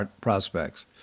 prospects